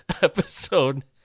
episode